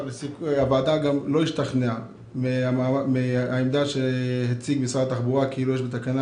הוועדה לא השתכנעה מהעמדה שהציג משרד התחבורה כאילו יש בתקנה